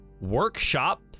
workshop